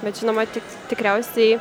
bet žinoma tik tikriausiai